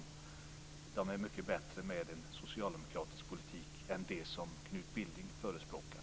De förutsättningarna är alltså mycket bättre med en socialdemokratisk politik jämfört med det som Knut Billing förespråkar.